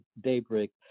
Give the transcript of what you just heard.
daybreak